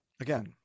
again